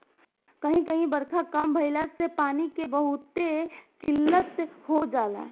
कही कही बारखा कम भईला से पानी के बहुते किल्लत हो जाला